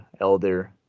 Elder